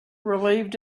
relieved